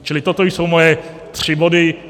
Čili toto jsou moje tři body.